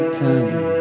time